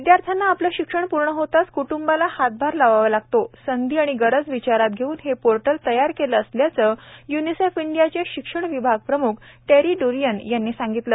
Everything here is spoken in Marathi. विद्यार्थ्यांना आपले शिक्षण पूर्ण होताच क्ट्ंबाला हातभार लावावा लागतो संधी व गरज विचारत घेऊन हे पोर्टल तयार केले असल्याचे य्निसेफ इंडियाचे शिक्षण विभाग प्रम्ख टेरी ड्रीयन यांनी सांगितले